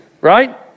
right